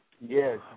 Yes